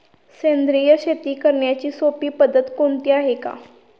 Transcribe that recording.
सेंद्रिय शेती करण्याची सोपी पद्धत कोणती आहे का?